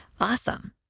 awesome